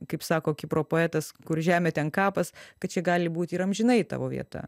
kaip sako kipro poetas kur žemė ten kapas kad čia gali būti ir amžinai tavo vieta